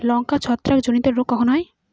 লঙ্কায় ছত্রাক জনিত রোগ কখন হয়?